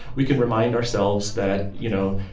we can remind ourselves that, you know,